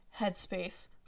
headspace